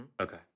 Okay